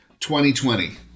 2020